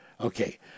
Okay